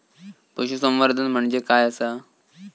पशुसंवर्धन म्हणजे काय आसा?